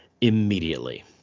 immediately